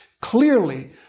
Clearly